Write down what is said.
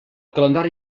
calendari